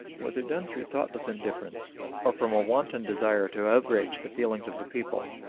whether done through thoughtless indifference or from a wanton desire to outrage the feelings of the people,